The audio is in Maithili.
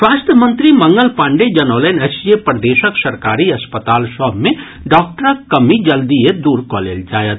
स्वास्थ्य मंत्री मंगल पांडेय जनौलनि अछि जे प्रदेशक सरकारी अस्पताल सभ मे डॉक्टरक कमी जल्दीए दूर कऽ लेल जायत